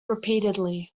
repeatedly